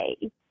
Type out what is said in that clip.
Hey